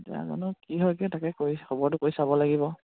এতিয়া জানো কি হয় কে তাকে কৰি খবৰটো কৰি চাব লাগিব